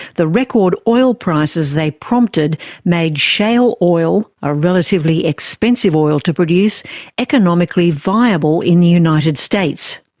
the record oil prices they prompted made shale oil a relatively expensive oil to produce economically viable in the united states.